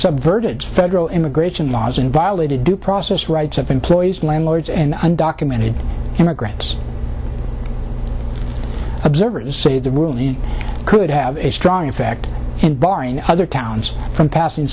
subverted federal immigration laws and violated due process rights of employees landlords and undocumented immigrants observers say the ruling could have a strong effect and barring other towns from passing